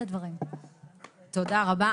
תודה רבה.